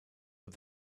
but